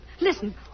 Listen